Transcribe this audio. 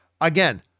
Again